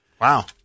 Wow